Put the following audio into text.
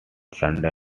sunday